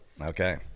okay